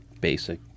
basic